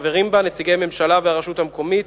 שחברים בה נציגי ממשלה והרשות המקומית,